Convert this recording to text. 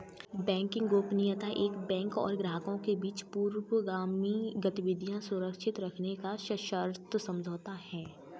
banking गोपनीयता एक bank और ग्राहकों के बीच पूर्वगामी गतिविधियां सुरक्षित रखने का एक सशर्त समझौता है